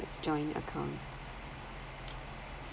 joint account